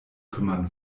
kümmern